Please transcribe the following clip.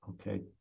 Okay